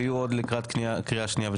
ויהיו עוד לקראת קריאה שנייה ושלישית.